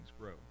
grow